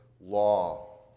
law